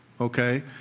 okay